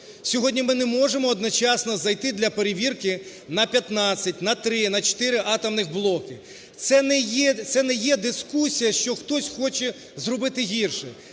Сьогодні ми не можемо одночасно зайти для перевірки на 15, на 3, на 4 атомних блоки. Це не є дискусія, що хтось хоче зробити гірше,